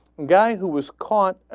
guy who was caught ah.